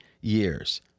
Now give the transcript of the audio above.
years